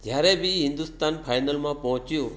જ્યારે બી હિન્દુસ્તાન ફાઇનલમાં પહોંચ્યું